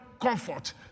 comfort